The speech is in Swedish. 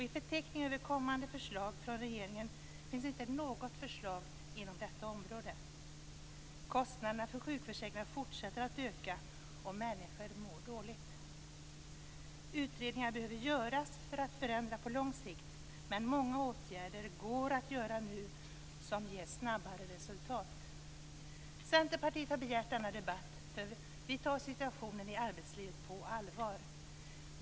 I förteckningen över kommande förslag från regeringen finns inte något förslag inom detta område. Kostnaderna för sjukförsäkringarna fortsätter att öka och människor mår dåligt. Utredningar behöver göras för att förändra på lång sikt, men många åtgärder går att göra nu, som ger snabbare resultat. Centerpartiet har begärt denna debatt eftersom vi tar situationen i arbetslivet på allvar.